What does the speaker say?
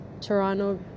Toronto